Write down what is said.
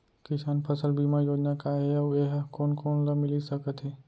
किसान फसल बीमा योजना का हे अऊ ए हा कोन कोन ला मिलिस सकत हे?